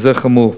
וזה חמור.